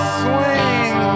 swing